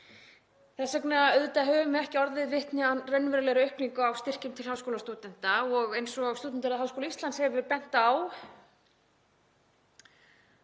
Þess vegna höfum við ekki orðið vitni að raunverulegri aukningu á styrkjum til háskólastúdenta og eins og Stúdentaráð Háskóla Íslands hefur bent á